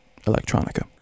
Electronica